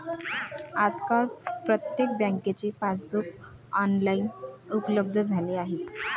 आजकाल प्रत्येक बँकेचे पासबुक ऑनलाइन उपलब्ध झाले आहे